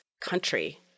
country